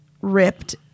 ripped